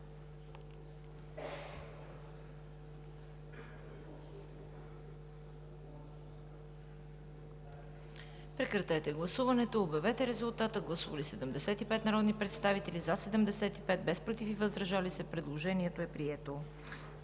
Прекратете гласуването и обявете резултата. Гласували 70 народни представители: за 70, против и въздържали се няма. Предложението е прието.